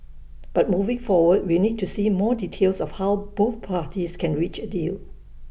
but moving forward we need to see more details of how both parties can reach A deal